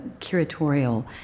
curatorial